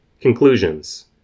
Conclusions